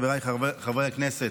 חבריי חברי הכנסת,